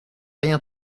rien